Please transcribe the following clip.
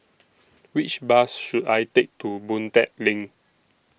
Which Bus should I Take to Boon Tat LINK